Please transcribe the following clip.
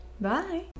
Bye